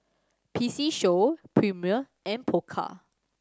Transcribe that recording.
P C Show Premier and Pokka